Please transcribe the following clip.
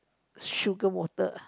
sugar water